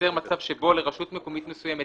ייווצר מצב שבו לרשות מקומית מסוימת,